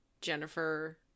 jennifer